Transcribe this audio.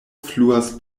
fluas